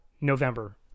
November